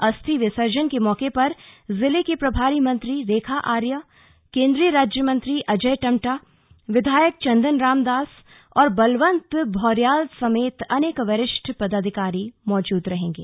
अस्थि विसर्जन के मौके पर जिले की प्रभारी मंत्री रेखा आर्या केंद्रीय राज्यमंत्री अजय टम्टा विधायक चंदन राम दास और बलवंत भौर्याल समेत अनेक वरिष्ठ पदाधिकारी मौजूद रहेंगे